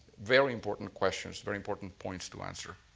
very important questions. very important points to answer.